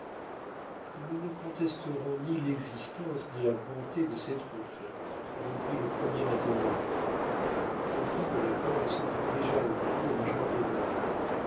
nous ne contesterons ni l'existence ni la bonté de cette route reprit le premier interlocuteur en qui nos lecteurs ont sans doute déjà reconnu le major